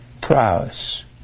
Prowess